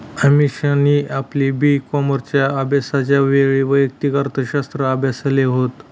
अमीषाने आपली बी कॉमच्या अभ्यासाच्या वेळी वैयक्तिक अर्थशास्त्र अभ्यासाल होत